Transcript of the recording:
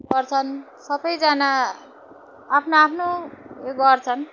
गर्छन् सबैजना आफ्नो आफ्नो यो गर्छन्